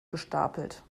gestapelt